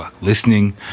listening